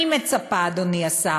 אני מצפה, אדוני השר,